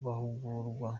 bahugurwa